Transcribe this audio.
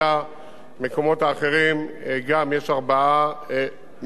יש כבר ארבעה מקומות שהחלה בהם העבודה.